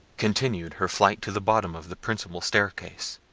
continued her flight to the bottom of the principal staircase.